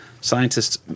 Scientists